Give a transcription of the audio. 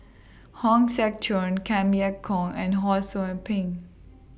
Hong Sek Chern Kam Kee Yong and Ho SOU Ping